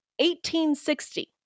1860